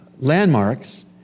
landmarks